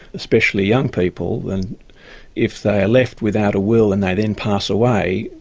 especially young people. and if they are left without a will and they then pass away,